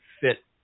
fit